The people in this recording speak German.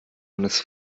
eines